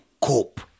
cope